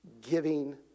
giving